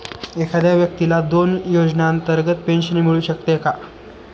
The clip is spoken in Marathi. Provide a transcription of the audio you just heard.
एखाद्या व्यक्तीला दोन योजनांतर्गत पेन्शन मिळू शकते का?